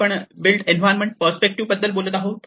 आपण built environment perspective बद्दल बोलत आहोत